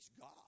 God